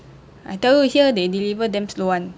I tell you here they deliver damn slow [one]